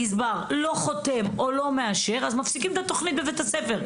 הגזבר לא חותם או לא מאשר מפסיקים את התכנית בבית הספר.